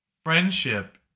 Friendship